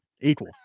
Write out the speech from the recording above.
equal